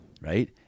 Right